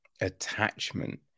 attachment